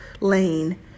lane